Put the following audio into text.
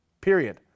period